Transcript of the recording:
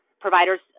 Providers